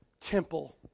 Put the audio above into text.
temple